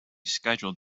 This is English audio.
schedule